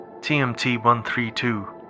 TMT-132